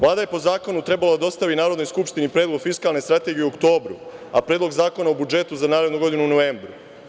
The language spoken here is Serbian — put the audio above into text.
Vlada je po zakonu trebalo da dostavi Narodnoj skupštini predlog fiskalne strategije u oktobru, a predlog Zakona o budžetu za narednu godinu u novembru.